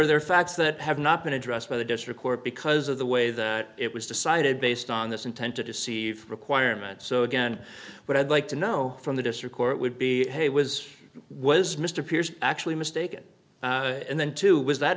but there are facts that have not been addressed by the district court because of the way that it was decided based on this intent to deceive requirements so again what i'd like to know from the district court would be hey was was mr pierce actually mistaken and then too was that